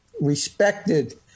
respected